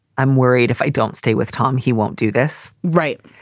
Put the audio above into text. i'm worried if i don't stay with tom, he won't do this. right.